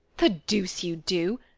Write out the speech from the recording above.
the deuce you do!